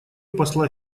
посла